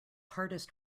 hardest